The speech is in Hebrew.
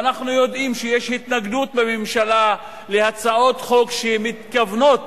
ואנחנו יודעים שיש התנגדות בממשלה להצעות חוק שמתכוונות